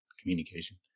communication